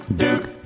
duke